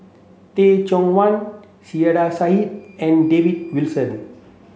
Teh Cheang Wan Saiedah Said and David Wilson